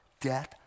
death